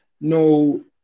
no